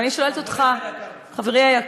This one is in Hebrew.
ואני שואלת אותך, חברי היקר.